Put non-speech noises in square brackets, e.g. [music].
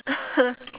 [laughs]